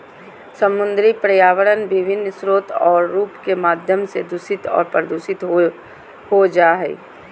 समुद्री पर्यावरण विभिन्न स्रोत और रूप के माध्यम से दूषित और प्रदूषित हो जाय हइ